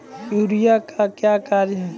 Urea का क्या कार्य हैं?